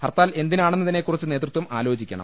ഹർത്താൽ എന്തിനാണെന്നതിനെകുറിച്ച് നേതൃത്വം ആലോചിക്കണം